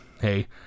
hey